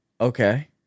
Okay